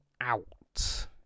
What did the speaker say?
out